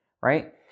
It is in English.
right